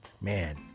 Man